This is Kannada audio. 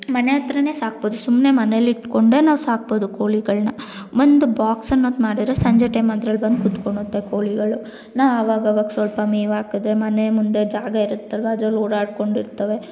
ಮನೆ ಹತ್ರ ಸಾಕ್ಬೋದು ಸುಮ್ಮನೆ ಮನೆಲಿಟ್ಕೊಂಡೇ ನಾವು ಸಾಕ್ಬೋದು ಕೋಳಿಗಳನ್ನ ಒಂದು ಬಾಕ್ಸ್ ಅನ್ನೋದು ಮಾಡಿರೆ ಸಂಜೆ ಟೈಮ್ ಅದ್ರಲ್ಲಿ ಬಂದು ಕುತ್ಕೊಳುತ್ತೆ ಕೋಳಿಗಳು ನಾ ಅವಾಗವಾಗ ಸ್ವಲ್ಪ ಮೇವು ಹಾಕದ್ರೆ ಮನೆ ಮುಂದೆ ಜಾಗ ಇರುತ್ತಲ್ವ ಅದ್ರಲ್ಲಿ ಓಡಾಡಿಕೊಂಡಿರ್ತವೆ